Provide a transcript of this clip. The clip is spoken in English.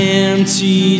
empty